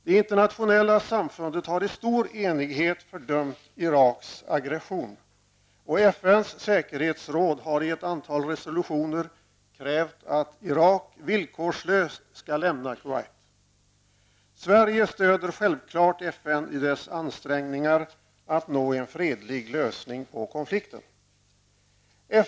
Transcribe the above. Det internationella samfundet har i stor enighet fördömt Iraks aggression, och FNs säkerhetsråd har i ett antal resolutioner krävt att Irak villkorslöst skall lämna Sverige stöder självfallet FN i dess ansträngningar att nå en fredlig lösning på konflikten.